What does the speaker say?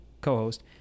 co-host